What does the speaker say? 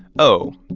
oh,